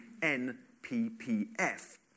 NPPF